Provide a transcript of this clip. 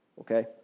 Okay